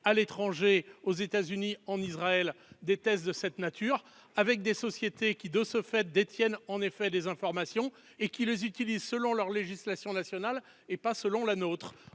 à l'étranger- aux États-Unis, en Israël ... -des tests de cette nature par le biais de sociétés qui, de ce fait, détiennent des informations et qui les utilisent selon leur législation nationale, et pas selon la nôtre.